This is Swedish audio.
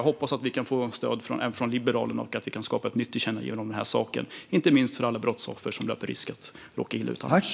Jag hoppas att vi kan få stöd även från Liberalerna och att vi kan skapa ett nytt tillkännagivande om den här saken, inte minst för alla brottsoffer som löper risk att råka illa ut annars.